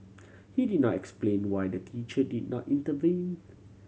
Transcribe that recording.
he did not explain why the teacher did not intervene